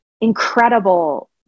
incredible